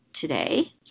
today